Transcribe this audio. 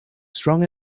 strong